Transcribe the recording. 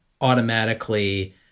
automatically